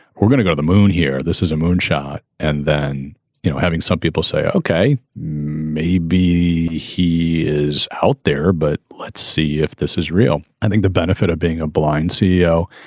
we're gonna go the moon here. this is a moon shot. and then you know having some people say, ok, maybe he is out there, but let's see if this is real. i think the benefit of being a blind ceo